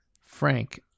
frank